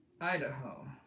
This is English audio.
Idaho